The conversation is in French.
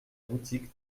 boutique